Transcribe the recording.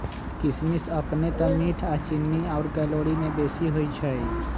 किशमिश अपने तऽ मीठ आऽ चीन्नी आउर कैलोरी में बेशी होइ छइ